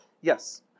Yes